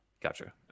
Gotcha